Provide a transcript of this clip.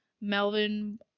Melvin